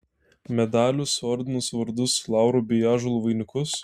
medalius ordinus vardus laurų bei ąžuolų vainikus